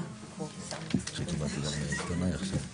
--- שכאילו יש לו אישורים של משרד הבריאות ולא של משרד החקלאות.